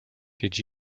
did